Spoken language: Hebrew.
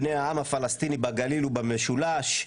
בני העם הפלסטיני בגליל ובמשולש,